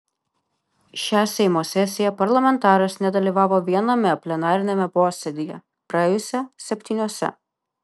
šią seimo sesiją parlamentaras nedalyvavo viename plenariniame posėdyje praėjusią septyniuose